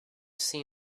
see